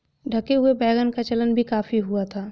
ढके हुए वैगन का चलन भी काफी हुआ था